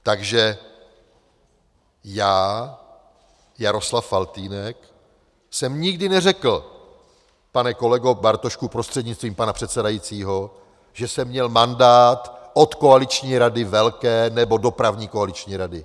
Takže já, Jaroslav Faltýnek, jsem nikdy neřekl, pane kolego Bartošku prostřednictvím pana předsedajícího, že jsem měl mandát od velké koaliční rady nebo dopravní koaliční rady.